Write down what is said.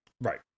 Right